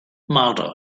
marder